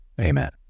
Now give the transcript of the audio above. Amen